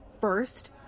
First